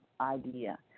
idea